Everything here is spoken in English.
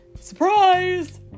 Surprise